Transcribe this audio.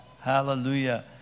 Hallelujah